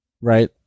Right